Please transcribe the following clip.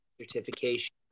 Certification